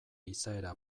izaera